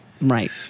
Right